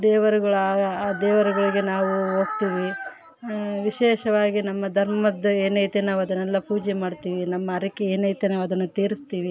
ದೇವರುಗಳು ಆ ದೇವರುಗಳಿಗೆ ನಾವು ಹೋಗ್ತೀವಿ ವಿಶೇಷವಾಗಿ ನಮ್ಮ ಧರ್ಮದ್ದು ಏನೈತೆ ನಾವು ಅದನ್ನೆಲ್ಲ ಪೂಜೆ ಮಾಡ್ತೀವಿ ನಮ್ಮ ಹರಕೆ ಏನೈತೆ ನಾವು ಅದನ್ನು ತೀರಿಸ್ತೀವಿ